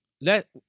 let